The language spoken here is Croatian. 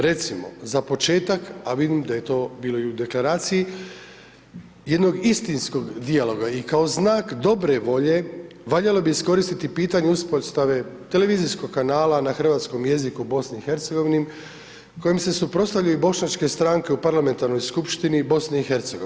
Recimo, za početak, a vidim da je to bilo i u Deklaraciji, jednog istinskog dijaloga i kao znak dobre volje, valjalo bi iskoristiti pitanje uspostave televizijskog kanala na hrvatskom jeziku u BiH, kojim se suprotstavljaju bošnjačke stranke u parlamentarnoj skupštini BiH.